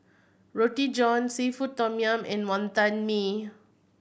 Roti John seafood tom yum and Wantan Mee